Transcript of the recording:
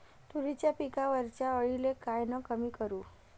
तुरीच्या पिकावरच्या अळीले कायनं कमी करू?